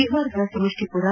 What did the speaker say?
ಬಿಹಾರದ ಸಮಷ್ಟಿಪುರ